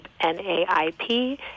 N-A-I-P